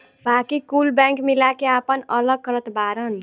बाकी कुल बैंक मिला के आपन अलग करत बाड़न